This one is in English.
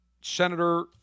Senator